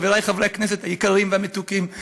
חברי חברי הכנסת היקרים והמתוקים,